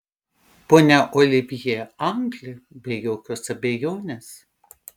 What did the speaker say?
ponia olivjė anglė be jokios abejonės